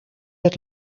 het